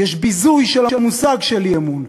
יש ביזוי של המושג אי-אמון.